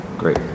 Great